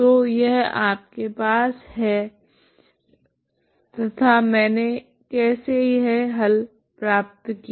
तो यह आपके पास है तथा मैंने कैसे यह हल प्राप्त किया